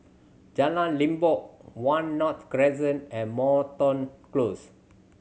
Jalan Limbok One North Crescent and Moreton Close